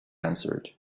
answered